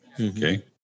Okay